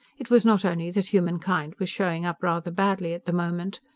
it was not only that humankind was showing up rather badly, at the moment.